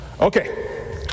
okay